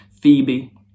Phoebe